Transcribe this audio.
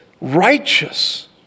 righteous